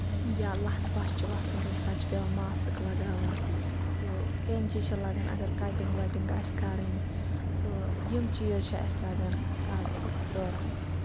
یا لَژھ وَژھ چھِ پیوان وَسان تَمہِ ساتہٕ چھِ پیوان ماسٔک لَگاؤنۍ تہٕ کینچہِ چھےٚ لَگان اَگر کَٹِنگ وٹِنگ آسہِ کَرٕنۍ تہٕ یِم چیٖز چھِ اَسہِ لَگان گاڑنِنگ دوران